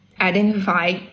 identify